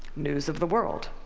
news of the world.